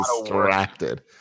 distracted